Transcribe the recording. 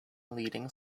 leading